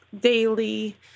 daily